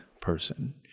person